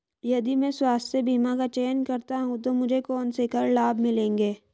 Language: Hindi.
यदि मैं स्वास्थ्य बीमा का चयन करता हूँ तो मुझे कौन से कर लाभ मिलेंगे?